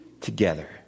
together